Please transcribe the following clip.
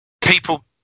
people